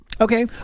Okay